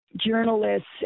journalists